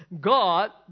God